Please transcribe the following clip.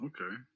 Okay